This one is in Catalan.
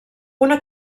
una